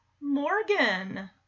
Morgan